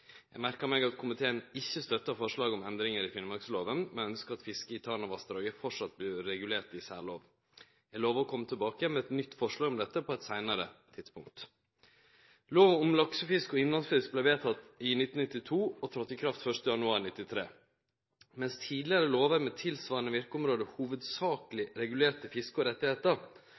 Eg merkar meg at komiteen ikkje stør forslaget om endringar i finnmarkslova, men ønskjer at fisket i Tanavassdraget framleis vert regulert i særlov. Eg lover å kome tilbake med eit nytt forslag om dette på eit seinare tidspunkt. Lov om laksefisk og innlandsfisk vart vedteken i 1992 og tredde i kraft 1. januar 1993. Mens tidlegare lover med tilsvarande verkeområde hovudsakleg regulerte fiske og